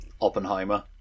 Oppenheimer